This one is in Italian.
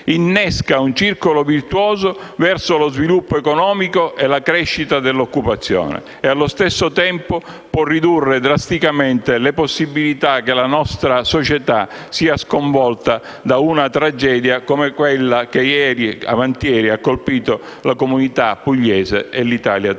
innesca un circolo virtuoso verso lo sviluppo economico e la crescita dell'occupazione e, allo stesso tempo, può ridurre drasticamente le possibilità che la nostra società sia sconvolta da una tragedia come quella che avant'ieri ha colpito la comunità pugliese e l'Italia tutta.